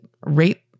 rate